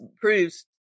proves